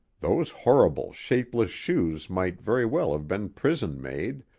those horrible, shapeless shoes might very well have been prison-made,